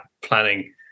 planning